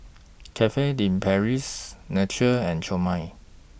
Cafe De Paris Naturel and Chomel